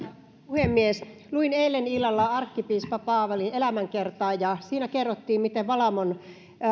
puhemies luin eilen illalla arkkipiispa paavalin elämäkertaa ja siinä kerrottiin miten